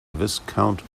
viscount